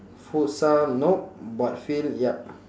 futsal no but field ya